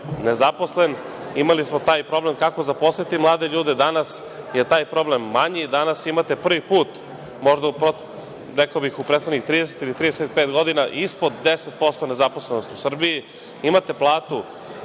nezaposlen. Imali smo taj problem kako zaposliti mlade ljude. Danas je taj problem manji. Danas imate prvi put možda u prethodnih 30 ili 35 godina ispod 10% nezaposlenosti u Srbiji. Imate platu